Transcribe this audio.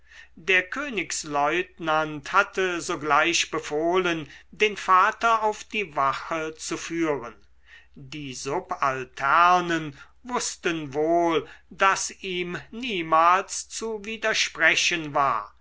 der königslieutenant hatte sogleich befohlen den vater auf die wache zu führen die subalternen wußten wohl daß ihm niemals zu widersprechen war